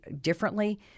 differently